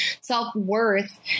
Self-worth